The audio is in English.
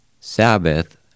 Sabbath